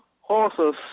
horses